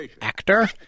actor